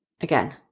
again